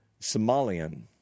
Somalian